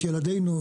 את ילדינו,